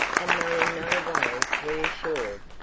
and though in no ways reassured,